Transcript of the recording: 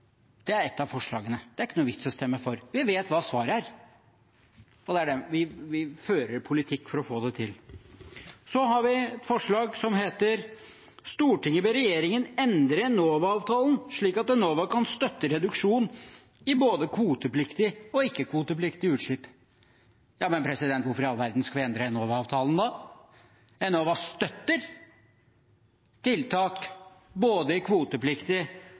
Det er et av forslagene. Det er ikke noe vits i å stemme for. Vi vet hva svaret er, og det er at vi fører politikk for å få det til. Så er det forslag der det heter: «Stortinget ber regjeringen endre Enova-avtalen slik at Enova kan støtte reduksjon i både kvotepliktige og ikke-kvotepliktige utslipp.» Men hvorfor i all verden skal vi endre Enova-avtalen da? Enova støtter tiltak både i kvotepliktig